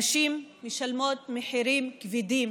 נשים משלמות מחירים כבדים,